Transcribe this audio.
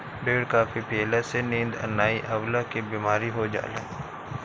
ढेर काफी पियला से नींद नाइ अवला के बेमारी हो जाला